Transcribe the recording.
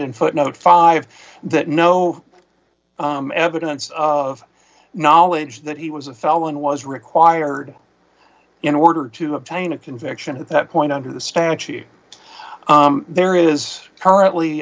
in footnote five that no evidence of knowledge that he was a felon was required in order to obtain a conviction at that point under the statute there is currently